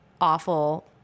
awful